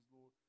Lord